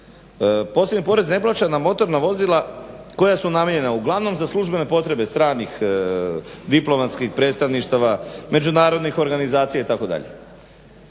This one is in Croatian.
posebni porez ne plaća na motorna vozila koja su namijenjena uglavnom za službene potrebe stranih diplomatskih predstavništava, međunarodnih organizacija itd.